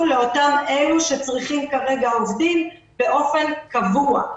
לאותם אלה שצריכים כרגע עובדים באופן קבוע.